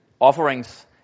offerings